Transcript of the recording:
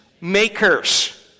makers